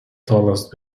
tallest